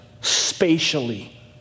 spatially